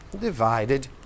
divided